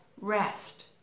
rest